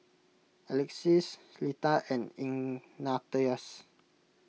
Alexys Litha and Ignatius